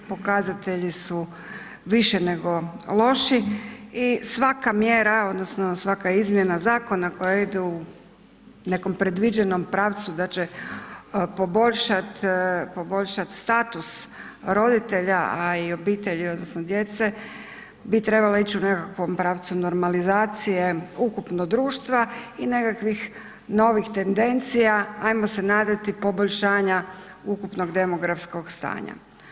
Pokazatelji su više nego loši i svaka mjera odnosno svaka izmjena zakona koja ide u nekom predviđenom pravcu da će poboljšat status roditelja, a i obitelji odnosno djece bi trebala ići u nekakvom pravcu normalizacije ukupno društva i nekakvih novih tendencija ajmo se nadati poboljšanja ukupnog demografskog stanja.